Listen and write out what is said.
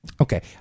Okay